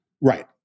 Right